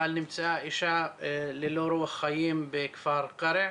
אבל נמצאה אישה ללא רוח חיים בכפר קרע.